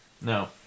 No